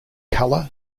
colour